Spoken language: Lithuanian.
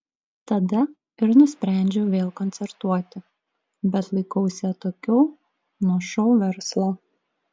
tada ir nusprendžiau vėl koncertuoti bet laikausi atokiau nuo šou verslo